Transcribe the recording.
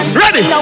ready